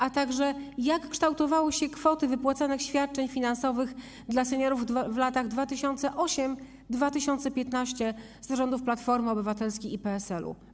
A także jak kształtowały się kwoty wypłacanych świadczeń finansowych dla seniorów w latach 2008-2015, za rządów Platformy Obywatelskiej i PSL-u?